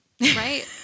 Right